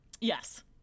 Yes